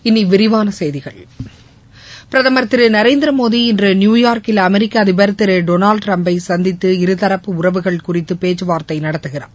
இனி விரிவான செய்திகள் பிரதம் திரு நரேந்திர மோடி இன்று நியூயார்க்கில் அமெரிக்க அதிபர் திரு டொனால்டு ட்டிரம்பை சந்தித்து இருதரப்பு உறவுகள் குறித்து பேச்சுவார்த்தை நடத்துகிறார்